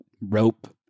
rope